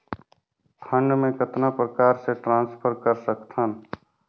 Fund मे कतना प्रकार से ट्रांसफर कर सकत हन?